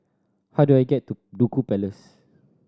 how do I get to Duku Place